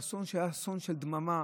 באסון שהיה אסון של דממה,